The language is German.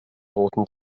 roten